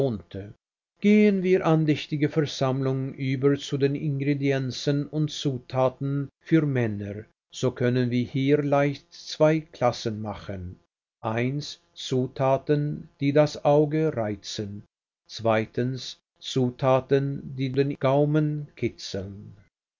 gehen wir andächtige versammlung über zu den ingredienzien und zutaten für männer so können wir hier leicht zwei klassen machen zutaten die das auge reizen zutaten die den gaumen kitzeln